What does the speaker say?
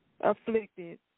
afflicted